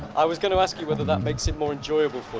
i was going to ask you whether that makes it more enjoyable?